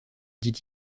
dit